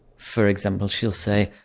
for example she'll say,